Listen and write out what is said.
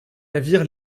navire